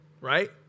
right